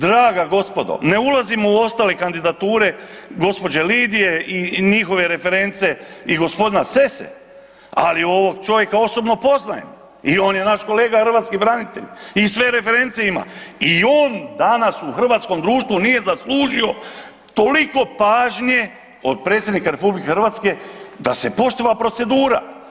Draga gospodo, ne ulazimo u ostale kandidature gđe. Lidije i njihove reference i g. Sesse, ali ovog čovjeka osobno poznajem i on je naš kolega hrvatski branitelj i sve reference ima i on danas u hrvatskom društvu nije zaslužio toliko pažnje od Predsjednika RH da se poštiva procedura.